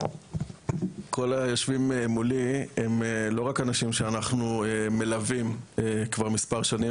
כל היושבים מולי הם לא רק אנשים שאנחנו מלווים כבר מספר שנים,